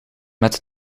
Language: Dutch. met